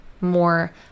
more